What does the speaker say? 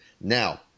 Now